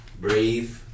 breathe